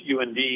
UND